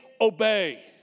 obey